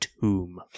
tomb